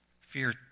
Fear